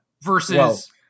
versus